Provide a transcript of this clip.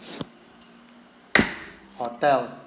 hotel